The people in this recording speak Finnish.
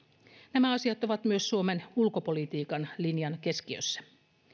nämä asiat ovat myös suomen ulkopolitiikan linjan keskiössä